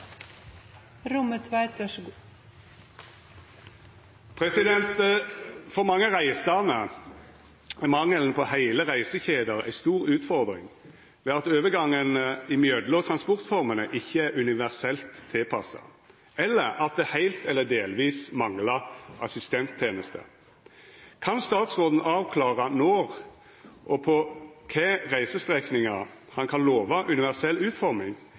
mangelen på heile reisekjeder ei stor utfordring ved at overgangen mellom transportformene ikkje er universelt tilpassa, eller at det heilt eller delvis manglar assistentteneste. Kan statsråden avklara når, og på kva reisestrekningar, han kan lova universell utforming